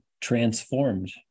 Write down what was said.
transformed